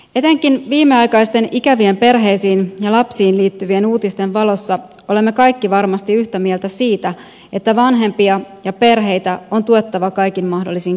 etenkin viimeaikaisten ikävien perheisiin ja lapsiin liittyvien uutisten valossa olemme kaikki varmasti yhtä mieltä siitä että vanhempia ja perheitä on tuettava kaikin mahdollisin keinoin